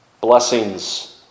blessings